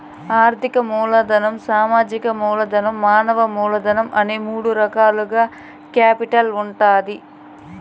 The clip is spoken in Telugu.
ఆర్థిక మూలధనం, సామాజిక మూలధనం, మానవ మూలధనం అనే మూడు రకాలుగా కేపిటల్ ఉంటాది